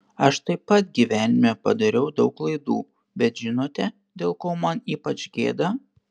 aš taip pat gyvenime padariau daug klaidų bet žinote dėl ko man ypač gėda